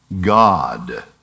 God